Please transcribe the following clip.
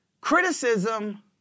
Criticism